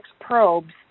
probes